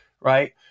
Right